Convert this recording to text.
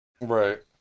Right